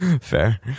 Fair